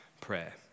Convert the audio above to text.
prayer